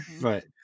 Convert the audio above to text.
right